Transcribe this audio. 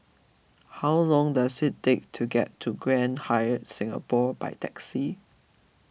how long does it take to get to Grand Hyatt Singapore by taxi